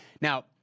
Now